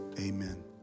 amen